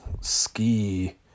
ski